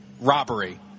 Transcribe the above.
robbery